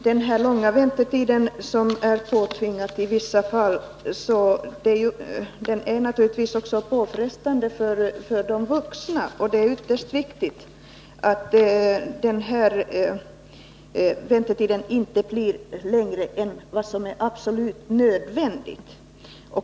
Herr talman! Den långa väntetid som är påtvingad i vissa fall är naturligtvis också påfrestande för de vuxna. Det är ytterst viktigt att den väntetiden inte blir längre än vad som är absolut nödvändigt.